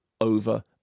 over